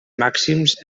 màxims